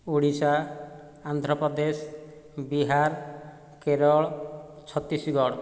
Odisha Andhra Pradesh Bihar Kerala Chhattisgarh